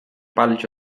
palić